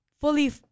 fully